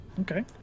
Okay